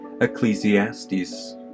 Ecclesiastes